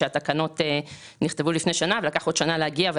שהתקנות נכתבו לפני שנה ועברה עוד שנה עד שהן מגיעות.